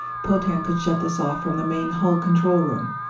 potan could shut this off from the main hull control room.